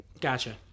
Gotcha